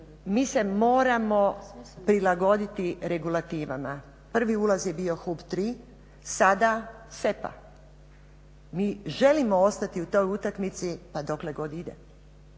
mi se moramo prilagoditi regulativama. Prvi ulaz je bio HUP 3, sada SEPA. Mi želimo ostati u toj utakmici pa dokle god ide